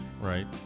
Right